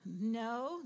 No